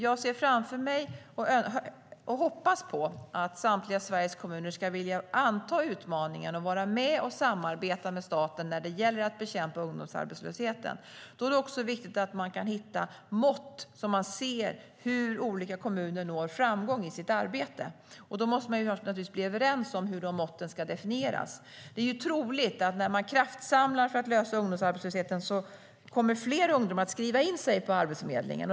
Jag ser framför mig och hoppas att samtliga kommuner i Sverige ska vilja anta utmaningen att vara med och samarbeta med staten när det gäller att bekämpa ungdomsarbetslösheten. Då är det också viktigt att hitta mått för att se hur olika kommuner når framgång i sitt arbete. För att göra det måste vi komma överens om hur de måtten ska definieras. Det är troligt att fler ungdomar kommer att skriva in sig på Arbetsförmedlingen när man kraftsamlar för att lösa ungdomsarbetslösheten.